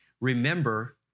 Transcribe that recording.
remember